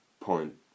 point